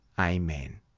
Amen